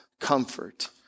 comfort